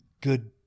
good